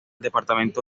departamento